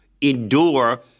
endure